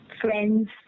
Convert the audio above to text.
friends